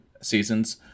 seasons